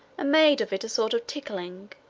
ah made of it a sort of ticking